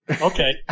Okay